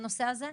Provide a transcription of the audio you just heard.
בנושא הזה.